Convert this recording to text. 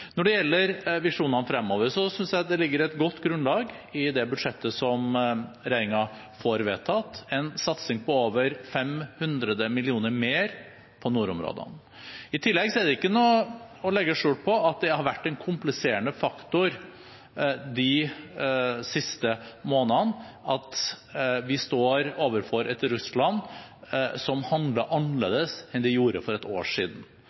Når det gjelder visjonene fremover, synes jeg det ligger et godt grunnlag i det budsjettet som regjeringen får vedtatt: en satsing på over 500 mill. kr mer på nordområdene. I tillegg er det ikke til å legge skjul på at det har vært en kompliserende faktor de siste månedene at vi står overfor et Russland som handler annerledes enn det gjorde for et år siden,